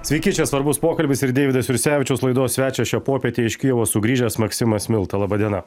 sveiki čia svarbus pokalbis ir deividas jursevičius laidos svečias šią popietę iš kijevo sugrįžęs maksimas milta laba diena